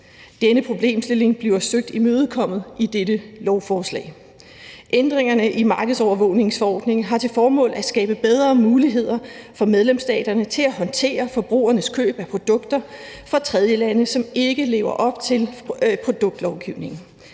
Den problemstilling bliver søgt imødekommet i dette lovforslag. Ændringerne i markedsovervågningsforordningen har til formål at skabe bedre muligheder for medlemsstaterne for at håndtere forbrugernes køb af produkter fra tredjelande, som ikke lever op til produktlovgivningen.